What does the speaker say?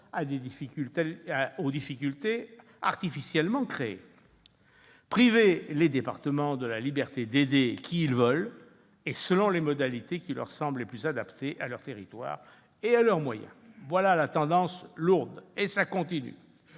aux difficultés artificiellement créées. Priver les départements de la liberté d'aider qui ils veulent et selon les modalités qui leur semblent les plus adaptées à leur territoire et à leurs moyens, voilà la tendance lourde, qui, du